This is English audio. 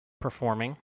performing